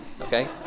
okay